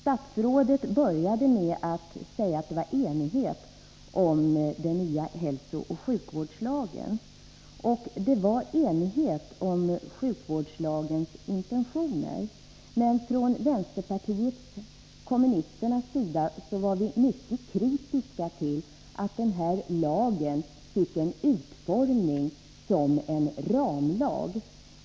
Statsrådet började med att säga att det var enighet om den nya hälsooch sjukvårdslagen. Det var enighet om sjukvårdslagens intentioner, men från vänsterpartiet kommunisternas sida var vi mycket kritiska mot att denna lag utformades som en ramlag.